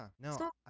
no